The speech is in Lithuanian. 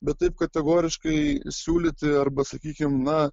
bet taip kategoriškai siūlyti arba sakykim na